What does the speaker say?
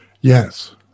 Yes